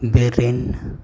ᱵᱤᱨ ᱨᱤᱱ